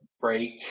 break